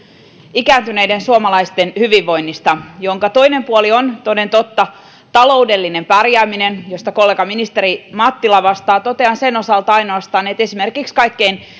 ikääntyneiden suomalaisten hyvinvoinnista minkä toinen puoli on toden totta taloudellinen pärjääminen josta kollegaministeri mattila vastaa totean sen osalta ainoastaan että esimerkiksi kaikkein